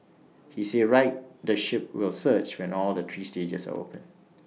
he said ridership will surge when all three stages are open